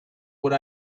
what